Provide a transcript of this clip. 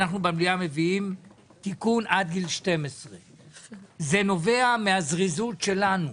ואנחנו במליאה מביאים תיקון עד גיל 12. זה נובע מהזריזות שלנו.